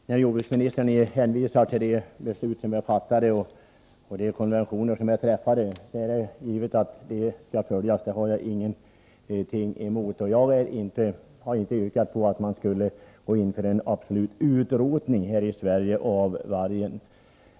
Herr talman! Jordbruksministern hänvisar till de konventioner som föreligger och till de beslut som är fattade. Jag har givetvis ingenting emot att de skall följas, och jag har inte yrkat på att man här i Sverige skulle gå in för en utrotning av vargen.